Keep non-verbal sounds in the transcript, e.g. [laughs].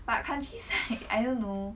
but countryside [laughs] I don't know